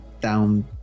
down